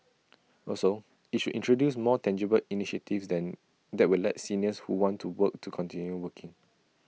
also IT should introduce more tangible initiatives than that will let seniors who want to work to continue working